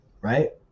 right